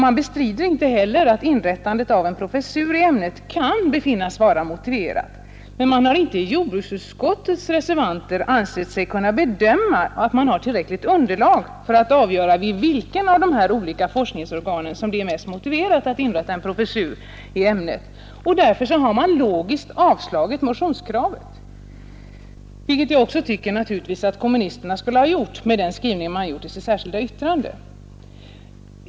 Man bestrider inte heller att inrättandet av en professur i ämnet kan befinnas vara motiverat. Men reservanterna har inte ansett att jordbruksutskottet har tillräckligt underlag för att kunna bedöma vid vilket av de olika forskningsorganen som det är mest motiverat att inrätta en professur i ämnet. Därför har man helt logiskt avstyrkt motionskravet. Samma inställning tycker jag att kommunisterna borde ha med den skrivning som herr Takman har i sitt särskilda yttrande.